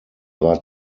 war